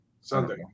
Sunday